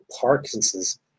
Parkinson's